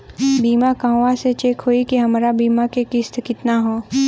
बीमा कहवा से चेक होयी की हमार बीमा के किस्त केतना ह?